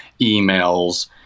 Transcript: emails